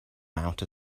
outer